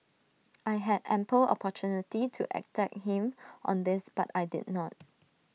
I had ample opportunity to attack him on this but I did not